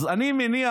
אז אני מניח,